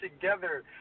together